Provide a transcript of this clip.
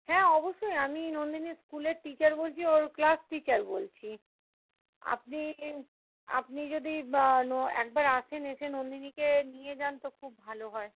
হ্যাঁ অবশ্যই আমি নন্দিনীর স্কুলের টিচার বলছি ওর ক্লাস টিচার বলছি আপনি আপনি যদি একবার আসেন এসে নন্দিনীকে নিয়ে যান তো খুব ভালো হয়